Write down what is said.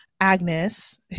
Agnes